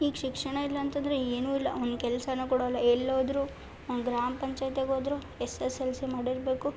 ಈಗ ಶಿಕ್ಷಣ ಇಲ್ಲ ಅಂತಂದರೆ ಏನು ಇಲ್ಲ ಒಂದು ಕೆಲಸನು ಕೊಡಲ್ಲ ಎಲ್ಲಿ ಹೋದ್ರು ಒಂದು ಗ್ರಾಮ ಪಂಚಾಯ್ತಿಗೆ ಹೋದ್ರು ಎಸ್ ಎಸ್ ಎಲ್ ಸಿ ಮಾಡಿರಬೇಕು